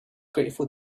grateful